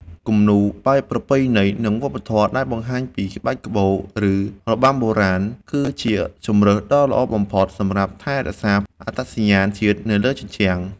គំនូរបែបប្រពៃណី និងវប្បធម៌ ដែលបង្ហាញពីក្បាច់ក្បូរ ឬរបាំបុរាណ គឺជាជម្រើសដ៏ល្អបំផុតសម្រាប់ថែរក្សាអត្តសញ្ញាណជាតិនៅលើជញ្ជាំង។